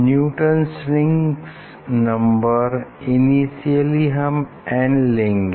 Newton's rings number initially हम n लेंगे